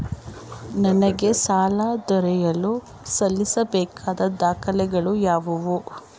ನನಗೆ ಸಾಲ ದೊರೆಯಲು ಸಲ್ಲಿಸಬೇಕಾದ ದಾಖಲೆಗಳಾವವು?